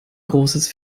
großes